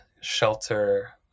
shelter